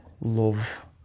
love